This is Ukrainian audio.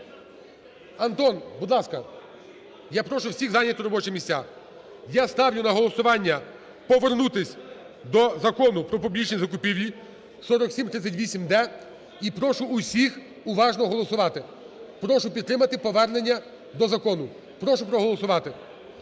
Антон, будь ласка. Я прошу всіх зайняти робочі місця. Я ставлю на голосування повернутися до Закону "Про публічні закупівлі", 4738-д і прошу усіх уважно голосувати. Прошу підтримати повернення до закону. Прошу проголосувати.